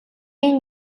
энэ